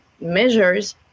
measures